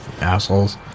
Assholes